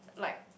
like